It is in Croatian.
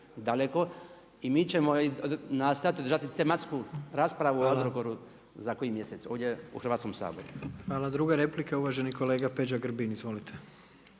daleko i mi ćemo nastojati održati tematsku raspravu o Agrokoru za koji mjesec ovdje u Hrvatskom saboru. **Jandroković, Gordan (HDZ)** Hvala. Druga replika, uvaženi kolega Peđa Grbin. Izvolite.